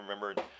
remember